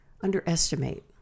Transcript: underestimate